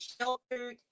sheltered